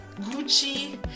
gucci